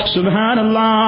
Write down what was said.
Subhanallah